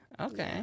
okay